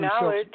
knowledge